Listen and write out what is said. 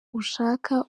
ushaka